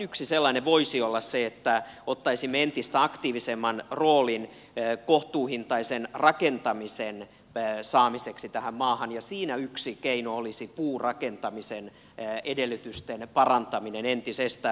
yksi sellainen voisi olla se että ottaisimme entistä aktiivisemman roolin kohtuuhintaisen rakentamisen saamiseksi tähän maahan ja siinä yksi keino olisi puurakentamisen edellytysten parantaminen entisestään